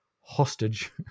hostage